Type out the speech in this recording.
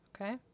okay